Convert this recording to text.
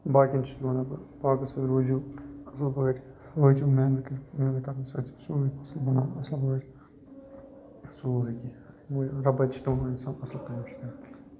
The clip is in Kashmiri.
باقِیَن چھُس وَنان بہٕ باغَس سٟتۍ روٗزِیو اَصٕل پٲٹھۍ وٲتِو مؠوٕ کٕننہٕ مٮ۪وٕ کٕننہٕ سٟتۍ چھُ ژوٗنٛٹھۍ اَصٕل بنان اَصٕل فٲیِدٕ سورُے کیٚنٛہہ رۄپے تہِ چھُ کَماوان اِنسان اَصٕل کمٲے چھُ کران